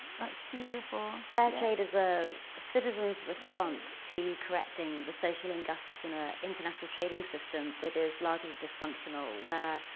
that's beautiful. fair trade is a citizen's response to correcting the social injustice in an ah international trading system that is largely dysfunctional, where, ah,